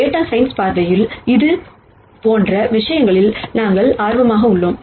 data science பார்வையில் இது போன்ற விஷயங்களில் நாங்கள் ஆர்வமாக உள்ளோம்